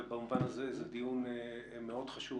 ובמובן הזה זה דיון חשוב מאוד.